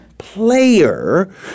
player